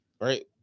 Right